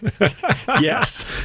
yes